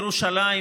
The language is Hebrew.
ירושלים,